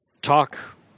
talk